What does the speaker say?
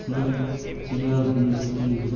Chia বীজ কী?